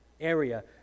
area